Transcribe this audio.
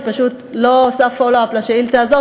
היא פשוט לא עושה follow up לשאילתה הזאת,